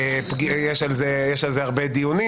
יש על זה הרבה דיונים.